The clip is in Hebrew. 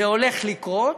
זה הולך לקרות,